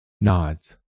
nods